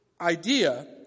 idea